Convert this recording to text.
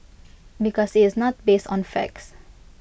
because it's not based on facts